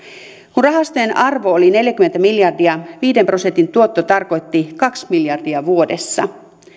kun rahastojen arvo oli neljäkymmentä miljardia viiden prosentin tuotto tarkoitti kahta miljardia vuodessa